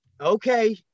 Okay